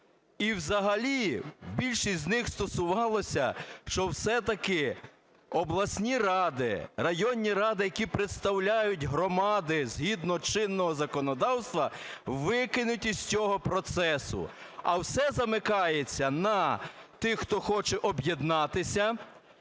І взагалі, більшість з них стосувалося, що все-таки обласні ради, районні ради, які представляють громади згідно чинного законодавства, викинуть із цього процесу. А все замикається на тих, хто хоче об'єднатися,